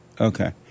Okay